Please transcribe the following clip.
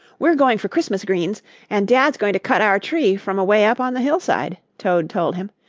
we're going for christmas greens and dad's going to cut our tree from away up on the hillside, toad told him,